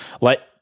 let